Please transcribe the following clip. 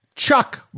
chuck